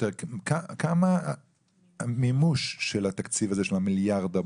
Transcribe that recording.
מה המימוש של התקציב הזה של 1.4,